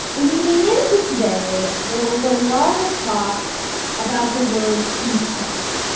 leading into today, there was a lot of talk about the word contempt.